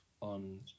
on